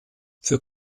für